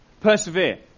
persevere